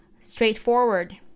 straightforward